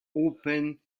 open